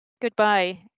Goodbye